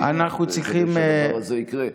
ונוודא שהדבר הזה יקרה,